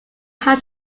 how